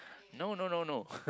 no no no no